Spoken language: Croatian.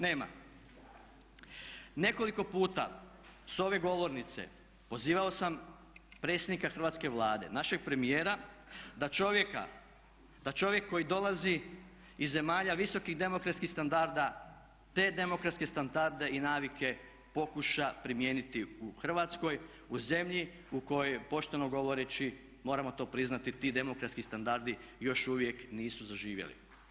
Nekoliko puta s ove govornice pozivao sam predsjednika Hrvatske vlade, našeg premijera, da čovjek koji dolazi iz zemalja visokih demokratskih standarda te demokratske standarde i navike pokuša primijeniti u Hrvatskoj, u zemlji u kojoj pošteno govoreći moramo to priznati ti demokratski standardi još uvijek nisu zaživjeli.